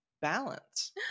balance